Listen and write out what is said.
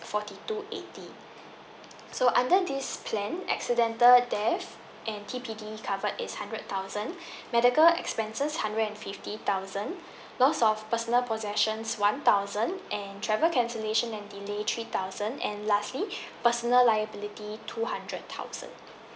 forty two eighty so under this plan accidental death and T_P_D covered is hundred thousand medical expenses hundred and fifty thousand lost of personal possessions one thousand and travel cancellation and delay three thousand and lastly personal liability two hundred thousand